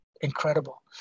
incredible